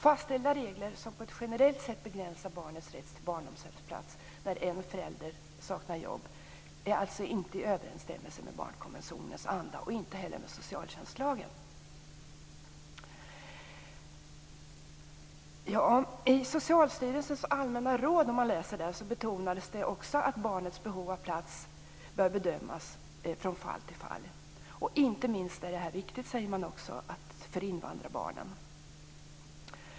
Fastställda regler som på ett generellt sett begränsar barnets rätt till barnomsorgsplats när en förälder saknar jobb står alltså inte i överensstämmelse med barnkonventionens anda och inte heller med socialtjänstlagen. I Socialstyrelsens allmänna råd betonas också att barnets behov av plats bör bedömas från fall till fall. Inte minst är detta viktigt för invandrarbarnen, säger Socialstyrelsen.